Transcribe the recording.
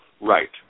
Right